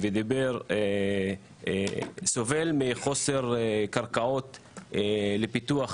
סובל מחוסר קרקעות לפיתוח